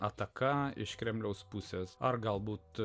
ataka iš kremliaus pusės ar galbūt